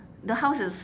the house is